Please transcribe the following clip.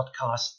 podcast